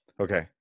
Okay